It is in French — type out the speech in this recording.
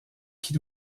qui